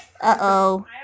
Uh-oh